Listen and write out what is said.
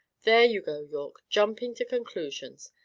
there you go, yorke jumping to conclusions!